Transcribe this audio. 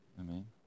Amen